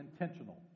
intentional